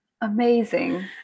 Amazing